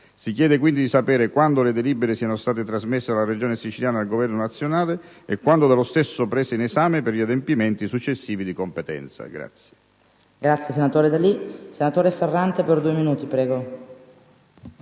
Si chiede quindi di sapere quando le delibere siano state trasmesse dalla Regione siciliana al Governo nazionale e quando dallo stesso siano state prese in esame per gli adempimenti successivi di competenza.